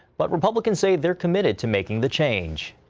but republicans say they're committed to making the change.